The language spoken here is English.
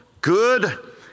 good